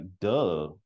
duh